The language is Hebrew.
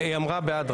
היא אמרה בעד.